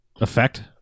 effect